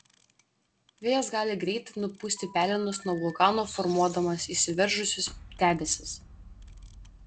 vėjas gali greitai nupūsti pelenus nuo vulkano formuodamas išsiveržusius debesis